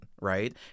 right